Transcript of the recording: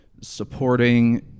supporting